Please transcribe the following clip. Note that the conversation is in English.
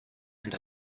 and